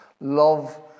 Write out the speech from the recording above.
love